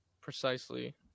Precisely